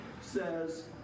says